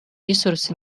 ресурсы